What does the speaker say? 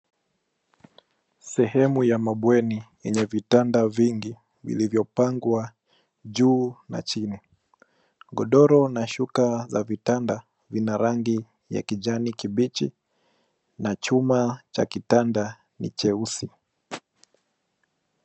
Sehemu ya mabweni yenye vitanda vingi vilivyopangwa juu na chini. Godoro na shuka za vitanda vina rangi ya kijani kibichi na chuma cha kitanda ni cheusi.